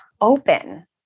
open